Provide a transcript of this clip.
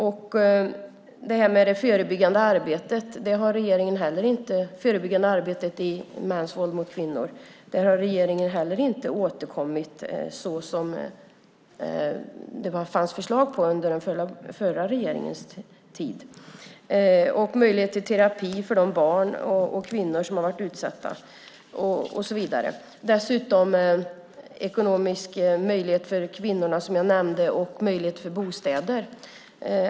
När det gäller det förebyggande arbetet i fråga om mäns våld mot kvinnor har regeringen inte heller återkommit så som det fanns förslag på under den förra regeringens tid. Det handlar också om möjlighet till terapi för de barn och kvinnor som har varit utsatta och så vidare. Det handlar dessutom om ekonomiska möjligheter för kvinnorna, som jag nämnde, och om möjligheter till bostäder.